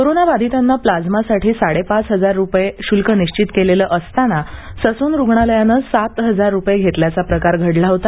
कोरोनाबाधितांना प्लाझ्मासाठी साडेपाच हजार रुपये श्ल्क निश्चित केलेलं असताना ससून रुग्णालयाने सात हजार रुपये घेतल्याचा प्रकार घडला होता